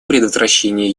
предотвращение